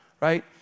right